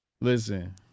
Listen